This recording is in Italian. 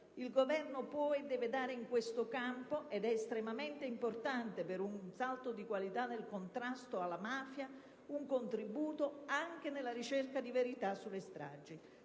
Il Governo può e deve dare in questo campo, ed è estremamente importante per un salto di qualità nel contrasto alla mafia, un contributo anche nella ricerca di verità sulle stragi.